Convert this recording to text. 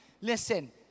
Listen